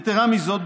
יתרה מזאת,